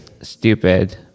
stupid